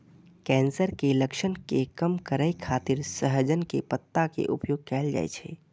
cancer के लक्षण के कम करै खातिर सहजन के पत्ता के उपयोग कैल जाइ छै